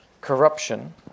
corruption